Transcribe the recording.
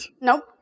Nope